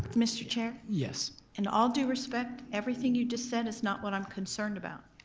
mr. chair? yes? in all due respect, everything you just said is not what i'm concerned about.